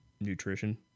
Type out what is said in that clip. nutrition